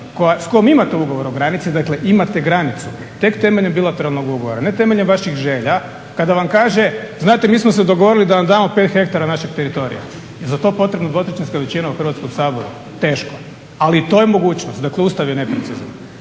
s kojom imate ugovor o granici, dakle imate granicu. Tek temeljem bilateralnog ugovora ne temeljem vaših želja, kada vam kaže znate mi smo se dogovorili da vam damo 5ha našeg teritorija. Je li za to potrebna dvotrećinska većina u Hrvatskom Saboru? Teško. Ali i to je mogućnost. Dakle Ustav je neprecizan.